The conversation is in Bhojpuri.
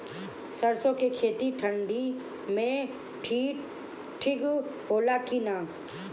सरसो के खेती ठंडी में ठिक होला कि ना?